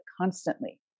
constantly